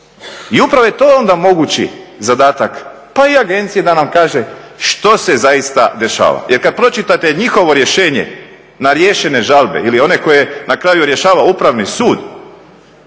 I upravo je to onda mogući zadatak, pa i agencije da nam kaže što se zaista dešava. Jer kad pročitate njihovo rješenje na riješene žalbe ili one koje na kraju rješava upravni sud